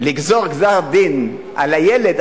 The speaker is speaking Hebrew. לגזור גזר-דין על הילד,